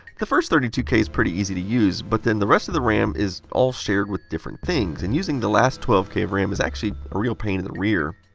the first thirty two k is pretty easy to use, but then the rest of the ram is all shared with different things. and using the last twelve k of ram is actually a real pain in the rear.